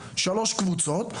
שלוש קבוצות,